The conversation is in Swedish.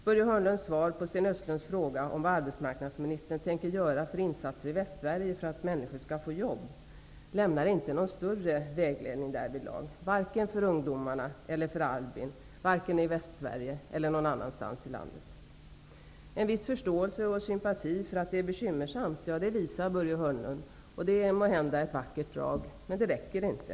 Börje Hörnlunds svar på Sten Östlunds fråga om vilka insatser arbetsmarknadsministern tänker göra i Västsverige för att människor skall få jobb lämnar inte någon större vägledning därvidlag, varken för ungdomarna eller för Albin, varken i Västsverige eller någon annanstans i landet. Börje Hörnlund visar en viss förståelse och sympati för att det är bekymmersamt, och det är måhända ett vackert drag. Men det räcker inte.